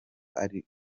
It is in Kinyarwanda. ariko